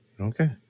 Okay